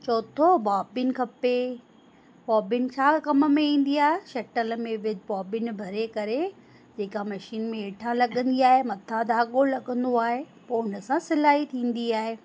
चोथो bobbin खपे bobbin छा कम में ईंदी आहे शटल में विझु बॉबिन भरे करे जेका मशीन में हेठां लॻंदी आहे मथां धाॻो लॻंदो आहे पोइ हुन सां सिलाई थींदी आहे